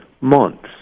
months